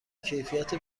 کیفیت